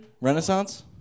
Renaissance